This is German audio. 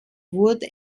wurde